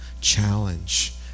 challenge